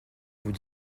vous